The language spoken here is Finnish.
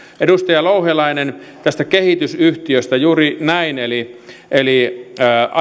edustaja louhelainen tästä kehitysyhtiöstä juuri näin eli eli